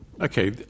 Okay